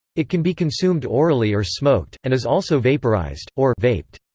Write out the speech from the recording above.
it can be consumed orally or smoked, and is also vaporised, or vaped.